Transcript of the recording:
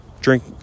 drink